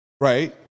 Right